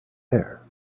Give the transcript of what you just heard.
hair